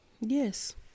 Yes